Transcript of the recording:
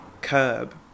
curb